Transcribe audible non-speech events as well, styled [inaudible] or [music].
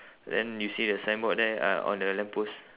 [breath] then you see a signboard there ah on the lamp post